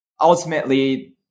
Ultimately